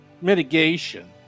mitigation